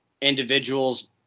individuals